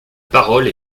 parole